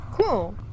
Cool